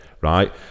right